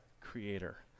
Creator